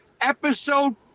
Episode